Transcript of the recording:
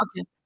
Okay